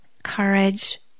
courage